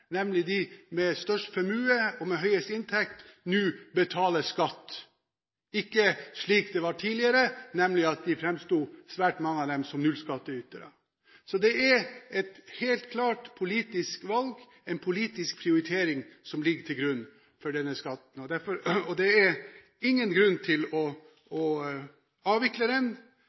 nemlig de med størst formue og høyest inntekt, nå betaler skatt – ikke slik det var tidligere, nemlig at svært mange av dem framsto som nullskatteytere. Så det er helt klart et politisk valg, en politisk prioritering som ligger til grunn for denne skatten, og det er ingen grunn til å avvikle den,